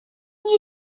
you